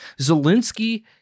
Zelensky